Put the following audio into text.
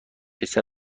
پسر